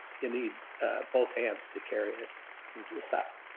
you need both hands to carry ah this out.